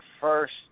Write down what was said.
first